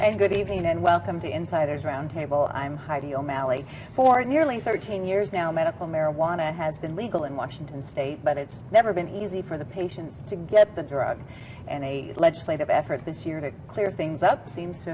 and good evening and welcome to insight as roundtable i'm heidi o'malley for nearly thirteen years now medical marijuana has been legal in washington state but it's never been easy for the patients to get the drug and a legislative effort this year to clear things up seems to